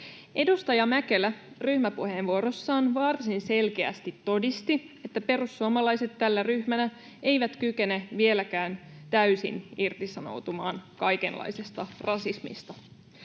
Edustaja Mäkelä ryhmäpuheenvuorossaan varsin selkeästi todisti, että perussuomalaiset tällä ryhmällä eivät kykene vieläkään täysin irtisanoutumaan kaikenlaisesta rasismista.